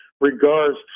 regards